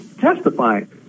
testifying